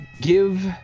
give